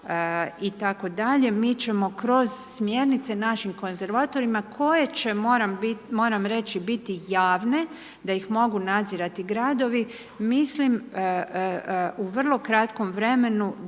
itd. mi ćemo kroz smjernice našim konzervatorima koje će, moram reći biti javne da ih mogu nadzirati gradovi, mislim u vrlo kratkom vremenu dovesti